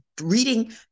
reading